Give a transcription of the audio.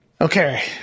Okay